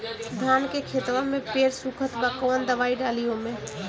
धान के खेतवा मे पेड़ सुखत बा कवन दवाई डाली ओमे?